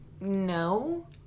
No